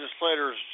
legislator's